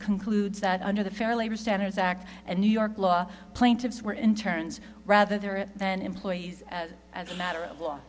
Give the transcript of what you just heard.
scan clues that under the fair labor standards act and new york law plaintiffs were in turns rather than employees as a matter of law